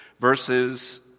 verses